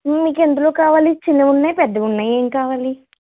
మీకు ఎందులో కావాలి చిన్నవి ఉన్నాయి పెద్దవి ఉన్నాయి ఏమి కావాలి